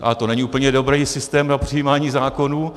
A to není úplně dobrý systém na přijímání zákonů.